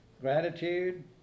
gratitude